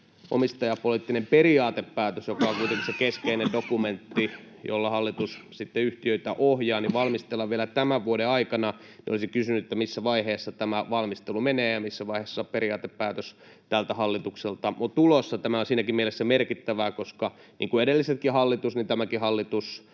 omistajapoliittinen periaatepäätös, joka on kuitenkin se keskeinen dokumentti, jolla hallitus sitten yhtiöitä ohjaa, valmistellaan vielä tämän vuoden aikana. Olisin kysynyt, missä vaiheessa tämä valmistelu menee ja missä vaiheessa periaatepäätös tältä hallitukselta on tulossa. Tämä on siinäkin mielessä merkittävää, koska niin kuin edellisetkin hallitukset tämäkin hallitus